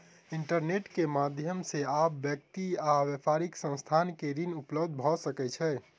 internet के माध्यम से आब व्यक्ति आ व्यापारिक संस्थान के ऋण उपलब्ध भ सकै छै